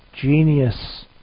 genius